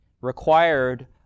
required